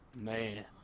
man